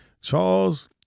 Charles